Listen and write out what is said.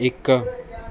ਇੱਕ